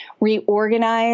reorganize